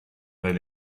del